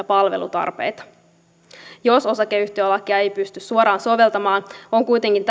palvelutarpeita jos osakeyhtiölakia ei pysty suoraan soveltamaan on kuitenkin